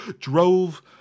drove